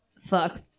Fuck